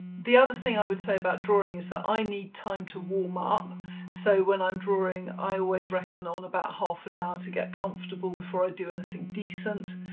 the other thing i would say about drawing is that i need time to warm up so when i'm drawing i always reckon on about half an hour to get comfortable before i do anything decent